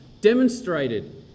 demonstrated